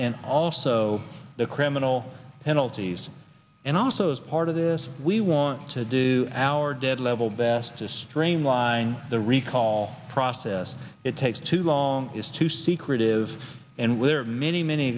and also the criminal penalties and also as part of this we want to do our dead level best to streamline the recall process it takes too long is too secretive and we're many many